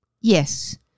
Yes